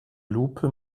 lupe